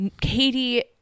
katie